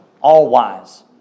all-wise